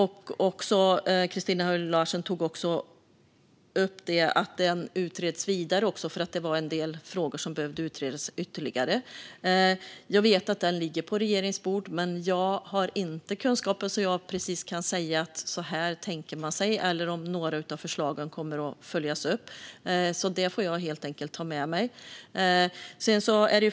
Christina Höj Larsen tog också upp att detta utreds vidare eftersom det var en del frågor som behövde utredas ytterligare. Jag vet att utredningen ligger på regeringens bord, men jag har inte kunskapen för att kunna säga att man tänker sig så här, eller om några av förslagen kommer att följas upp. Det får jag helt enkelt ta med mig.